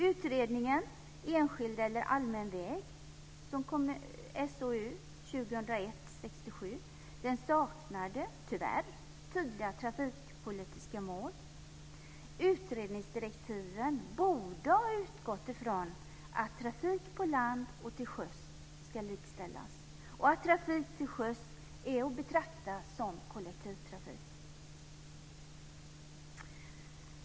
Utredningen SOU 2001:67, Enskild eller allmän väg, saknade tyvärr tydliga trafikpolitiska mål. Utredningsdirektiven borde ha utgått ifrån att trafik på land och till sjöss ska likställas samt att trafik till sjöss är att betrakta som kollektivtrafik.